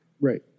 Right